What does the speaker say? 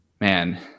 man